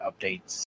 updates